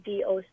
doc